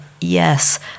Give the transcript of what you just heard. yes